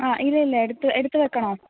ആ ഇല്ലില്ല എടുത്ത് എടുത്തുവയ്ക്കണോ